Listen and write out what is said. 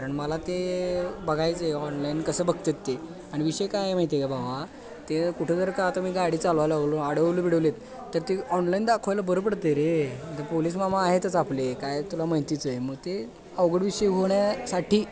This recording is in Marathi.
कारण मला ते बघायचं आहे ऑनलाईन कसं बघतात ते आणि विषय काय आहे माहिती आहे का भावा ते कुठं जर का आता मी गाडी चालवायला बोललो अडवलो बिडवलेत तर ते ऑनलाईन दाखवायला बरं पडतं आहे रे पोलिसमामा आहेतच आपले काय तुला माहितीच आहे मग ते अवघड विषय होण्यासाठी